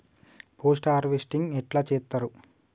Post harvesting ఎట్ల చేత్తరు?